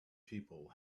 people